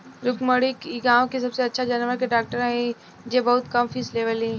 रुक्मिणी इ गाँव के सबसे अच्छा जानवर के डॉक्टर हई जे बहुत कम फीस लेवेली